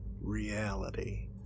reality